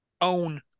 Own